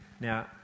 Now